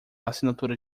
assinatura